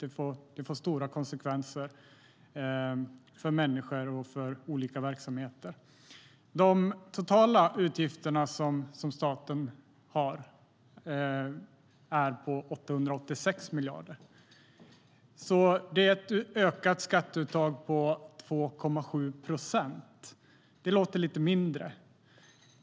Det får stora konsekvenser för människor och verksamheter. Statens totala utgifter är på 886 miljarder. Det är alltså ett ökat skatteuttag på 2,7 procent. Det låter lite mindre.